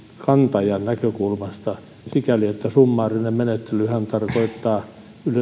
kantajan näkökulmasta sikäli että summaarinen menettelyhän tarkoittaa